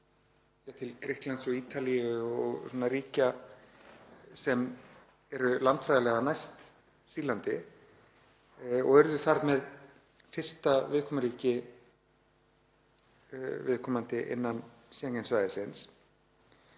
til Grikklands og Ítalíu og ríkja sem eru landfræðilega næst Sýrlandi og urðu þar með fyrsta viðkomuríki viðkomandi innan Schengen-svæðisins.